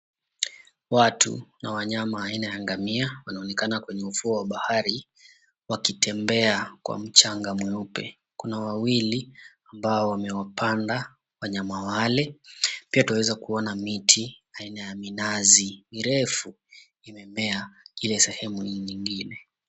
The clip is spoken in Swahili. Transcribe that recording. Watu na wanyama aina ya ngamia wanaonekana kwenye ufuo wa bahari wakitembea kwa mchanga mweupe, kuna wawili ambao wamewapanda wanyama wale. Pia tunaweza kuona miti aina ya minazi mirefu imemea ile sehemu nyingine.